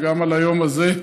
וגם על היום הזה.